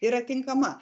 yra tinkama